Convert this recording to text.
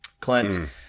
Clint